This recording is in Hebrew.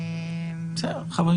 חברים,